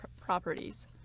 properties